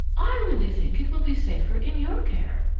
i really think it will be safer in your care.